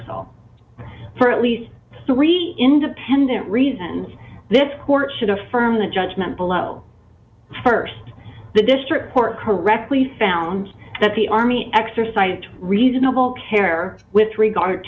l for at least three independent reasons this court should affirm the judgment below st the district court correctly found that the army exercised reasonable care with regard